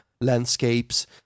landscapes